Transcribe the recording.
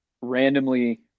randomly